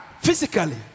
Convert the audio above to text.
Physically